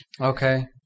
Okay